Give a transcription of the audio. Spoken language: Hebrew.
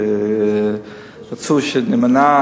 רצו שנימנע.